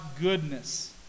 goodness